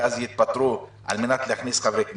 ואז יתפטרו על מנת להכניס חברי כנסת.